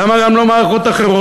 למה גם לא מערכות אחרות?